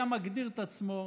היה מגדיר את עצמו: